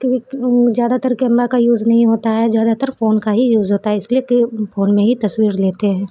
کیونکہ زیادہ تر کیمرہ کا یوز نہیں ہوتا ہے زیادہ تر فون کا ہی یوز ہوتا ہے اس لیے کہ فون میں ہی تصویر لیتے ہیں